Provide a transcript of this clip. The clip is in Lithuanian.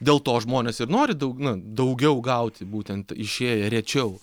dėl to žmonės ir nori daug na daugiau gauti būtent išėję rečiau